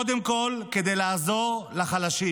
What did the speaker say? קודם כול, כדי לעזור לחלשים.